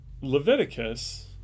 Leviticus